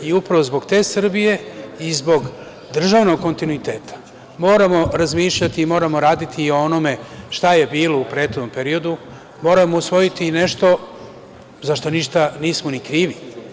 I upravo zbog te Srbije i zbog državnog kontinuiteta moramo raditi i razmišljati i o onome šta je bilo u prethodnom periodu, moramo usvojiti i nešto za šta ništa nismo krivi.